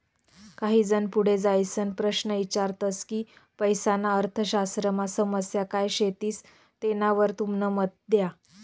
काही जन पुढे जाईसन प्रश्न ईचारतस की पैसाना अर्थशास्त्रमा समस्या काय शेतीस तेनावर तुमनं मत द्या